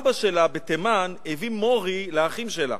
אבא שלה בתימן הביא "מוֹרִי" לאחים שלה,